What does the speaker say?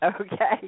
Okay